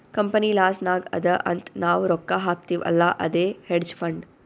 company loss ನಾಗ್ ಅದಾ ಅಂತ್ ನಾವ್ ರೊಕ್ಕಾ ಹಾಕ್ತಿವ್ ಅಲ್ಲಾ ಅದೇ ಹೇಡ್ಜ್ ಫಂಡ್